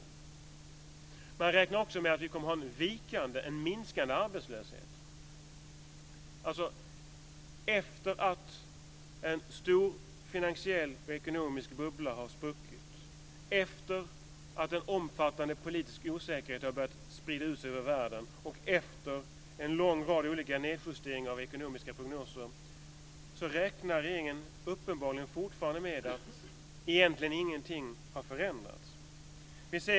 Man räknar också med att vi kommer att ha en minskande arbetslöshet. Efter att en stor finansiell och ekonomisk bubbla har spruckit, efter att en omfattande politisk osäkerhet har börjat sprida ut sig över världen och efter en lång rad olika nedjusteringar av ekonomiska prognoser räknar regeringen uppenbarligen fortfarande med att ingenting egentligen har förändrats.